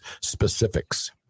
specifics